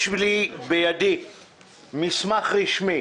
יש בידי מסמך רשמי